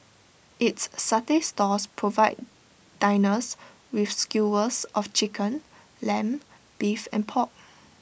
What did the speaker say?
its satay stalls provide diners with skewers of Chicken Lamb Beef and pork